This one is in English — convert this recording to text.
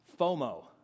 FOMO